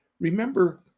Remember